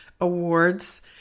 Awards